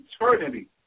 eternity